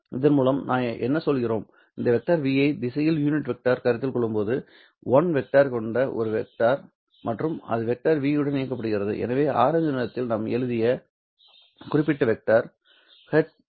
இதன் மூலம் நாம் என்ன சொல்கிறோம் இந்த வெக்டர் v ஐ இந்த திசையில் யூனிட் வெக்டர் கருத்தில் கொள்ளும்போது 1 வெக்டர் கொண்ட ஒரு வெக்டர் மற்றும் அது வெக்டர் v உடன் இயக்கப்படுகிறது எனவே ஆரஞ்சு நிறத்தில் நாம் எழுதிய குறிப்பிட்ட வெக்டர் ஹேட் v